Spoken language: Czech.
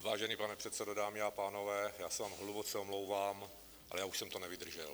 Vážený pane předsedo, dámy a pánové, hluboce se vám omlouvám, ale už jsem to nevydržel.